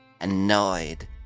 annoyed